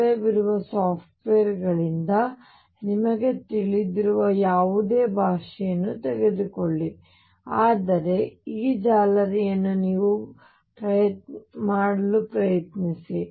ಲಭ್ಯವಿರುವ ಸಾಫ್ಟ್ವೇರ್ ಗಳಿಂದ ನಿಮಗೆ ತಿಳಿದಿರುವ ಯಾವುದೇ ಭಾಷೆಯನ್ನು ತೆಗೆದುಕೊಳ್ಳಿ ಆದರೆ ಈ ಜಾಲರಿಯನ್ನು ನೀವೇ ಮಾಡಲು ಪ್ರಯತ್ನಿಸಿ